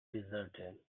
deserted